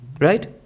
Right